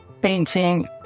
painting